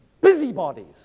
busybodies